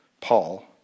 Paul